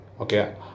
Okay